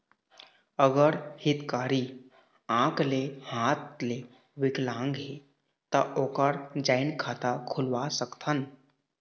अगर हितग्राही आंख ले हाथ ले विकलांग हे ता ओकर जॉइंट खाता खुलवा सकथन?